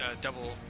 double